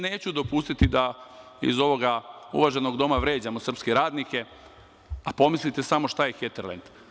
Neću dopustiti da iz ovoga uvaženog Doma vređamo srpske radnike, a pomislite samo šta je Heterlend.